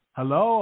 Hello